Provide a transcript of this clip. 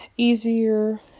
easier